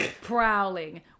prowling